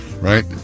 right